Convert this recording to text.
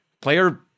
player